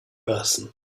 person